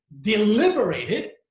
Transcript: deliberated